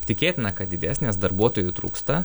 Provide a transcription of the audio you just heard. tikėtina kad didės nes darbuotojų trūksta